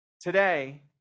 today